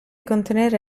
contenere